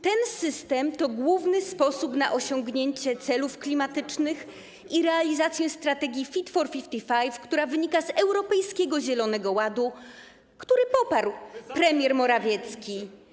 Ten system to główny sposób na osiągnięcie celów klimatycznych i realizację strategii Fit for 55, która wynika z Europejskiego Zielonego Ładu, który poparł premier Morawiecki.